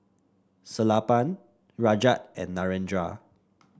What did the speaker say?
Sellapan Rajat and Narendra